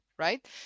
right